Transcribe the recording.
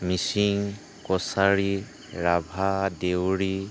Mising Kachari Rabha Deori